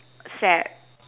sad